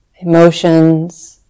Emotions